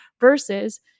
versus